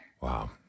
Wow